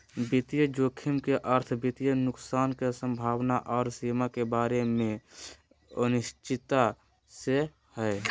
वित्तीय जोखिम के अर्थ वित्तीय नुकसान के संभावना आर सीमा के बारे मे अनिश्चितता से हय